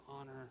honor